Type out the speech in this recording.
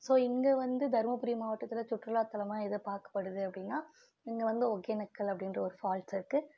so இங்கே வந்து தருமபுரி மாவட்டத்தில் சுற்றுலா தலமாக எது பார்க்கப்படுது அப்படினா இங்கே வந்து ஒக்கேனக்கல் அப்படின்ற ஒரு ஃபால்ஸ் இருக்குது